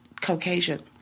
Caucasian